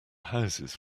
houses